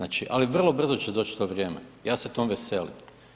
Ali vrlo brzo će doći to vrijeme, ja se tome veselim.